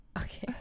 Okay